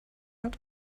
hat